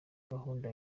gahunda